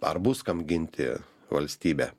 ar bus kam ginti valstybę